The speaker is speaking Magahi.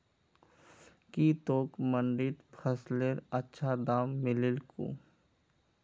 की तोक मंडीत फसलेर अच्छा दाम मिलील कु